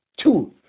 Two